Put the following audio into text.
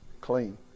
clean